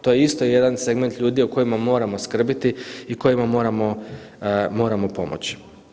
To je isto jedan segment ljudi o kojima moramo skrbiti i kojima moramo pomoći.